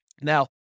Now